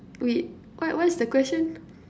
wait what what's the question